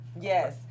Yes